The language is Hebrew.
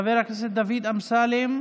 חבר הכנסת דוד אמסלם.